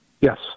Yes